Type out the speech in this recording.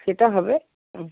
সেটা হবে হুম